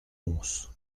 onze